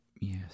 Yes